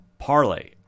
parlay